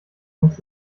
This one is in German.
kommst